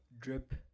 drip